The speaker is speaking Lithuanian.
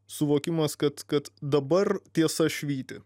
suvokimas kad kad dabar tiesa švyti